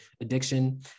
addiction